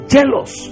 jealous